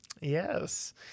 Yes